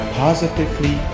positively